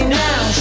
now